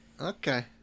Okay